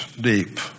deep